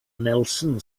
nelson